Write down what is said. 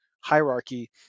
hierarchy